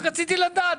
רק רציתי לדעת.